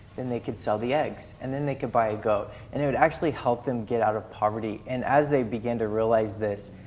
and they could sell the eggs. and then they could buy a goat. and it would actually help them get out of poverty. and as they began to realize this,